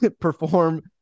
perform